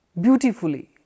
beautifully